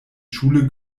schule